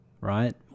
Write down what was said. right